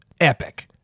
epic